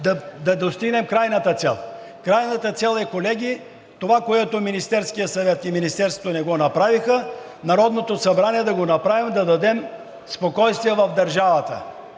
да достигнем крайната цел. Крайната цел, колеги, е това, което Министерският съвет и Министерството не го направиха, Народното събрание да го направи. Да дадем спокойствие в държавата